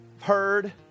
heard